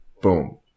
Boom